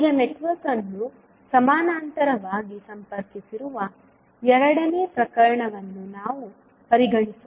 ಈಗ ನೆಟ್ವರ್ಕ್ ಅನ್ನು ಸಮಾನಾಂತರವಾಗಿ ಸಂಪರ್ಕಿಸಿರುವ ಎರಡನೇ ಪ್ರಕರಣವನ್ನು ನಾವು ಪರಿಗಣಿಸೋಣ